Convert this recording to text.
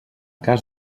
cas